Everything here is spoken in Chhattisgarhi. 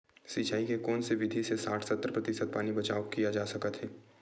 सिंचाई के कोन से विधि से साठ सत्तर प्रतिशत पानी बचाव किया जा सकत हे?